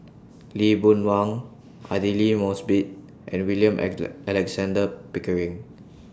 Lee Boon Wang Aidli Mosbit and William Alexander Pickering